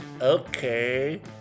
Okay